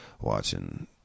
watching